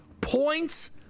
points